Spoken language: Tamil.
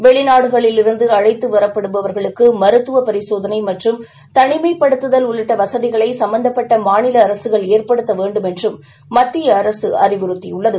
வெளிநாடுகளிலிருந்து அழைத்துவரப்படுபவர்களுக்குமருத்துவபரிசோதனைமற்றும் தனிமைப்படுத்துதல் வசதிகளைசம்பந்தப்பட்டமாநிலஅரசுகள் ஏற்படுத்தவேண்டுமென்றும் மத்தியஅரசுஅறிவுறுத்தியுள்ளது